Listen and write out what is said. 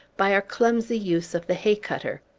by our clumsy use of the hay-cutter.